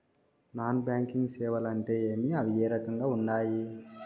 non banking సేవలు అంటే ఏమి అవి ఏ రకంగా ఉండాయి